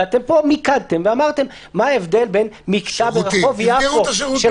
ופה מיקדתם ואמרתם: מה ההבדל בין מקטע ברחוב יפו של